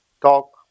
talk